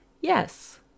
Yes